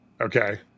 Okay